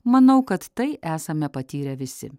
manau kad tai esame patyrę visi